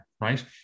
right